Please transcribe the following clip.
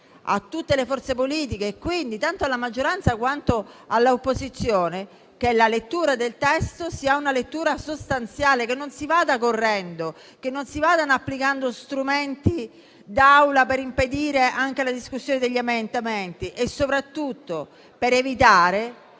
a tutte le forze politiche, tanto alla maggioranza quanto all'opposizione, che la lettura del testo sia sostanziale; che non si vada correndo; che non si vadano applicando strumenti d'Aula per impedire la discussione degli emendamenti e soprattutto che la